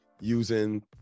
using